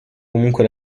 comunque